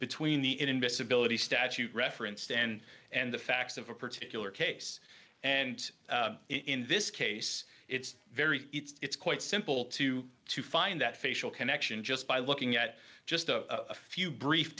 between the invisibility statute referenced and and the facts of a particular case and in this case it's very it's quite simple to to find that facial connection just by looking at just a few brief